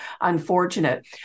unfortunate